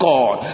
God